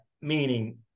meaning